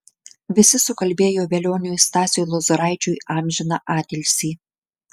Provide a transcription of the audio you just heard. visi sukalbėjo velioniui stasiui lozoraičiui amžiną atilsį